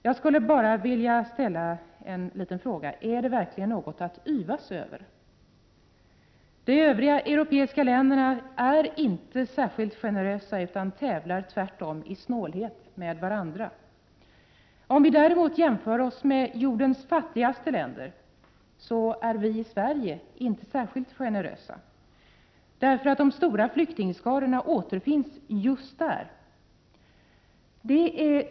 Jag skulle vilja ställa frågan: Är det verkligen något att yvas över? De övriga europeiska länderna är inte särskilt generösa utan tävlar tvärtom i snålhet med varandra. Om vi däremot jämför oss med jordens fattigaste länder, så finner vi att vi i Sverige inte är särskilt generösa. De stora flyktingskarorna återfinns just i de fattigaste länderna.